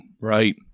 right